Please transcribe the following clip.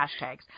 hashtags